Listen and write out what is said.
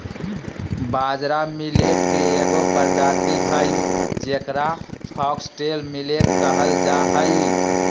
बाजरा मिलेट के एगो प्रजाति हइ जेकरा फॉक्सटेल मिलेट कहल जा हइ